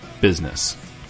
business